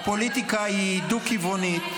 הפוליטיקה היא דו-כיוונית.